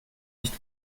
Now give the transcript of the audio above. nicht